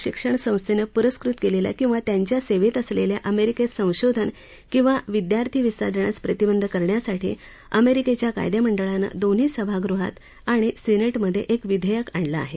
चीनी लष्करी प्रशिक्षण संस्थेनं पुरस्कृत केलेल्या किंवा त्यांच्या सेवेत असलेल्यांना अमेरिकेत संशोधन किंवा विद्यार्थी व्हिसा देण्यास प्रतिबंध करण्यासाठी अमेरिकेच्या कायदेमंडळानं दोन्ही सभागृहात आणि सिनेटमधे एक विधेयक आणलं आहे